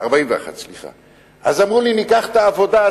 אז אמרו לי: ניקח את העבודה,